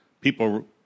people